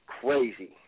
crazy